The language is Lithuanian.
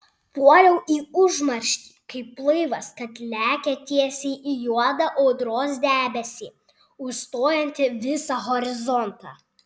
puoliau į užmarštį kaip laivas kad lekia tiesiai į juodą audros debesį užstojantį visą horizontą